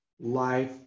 life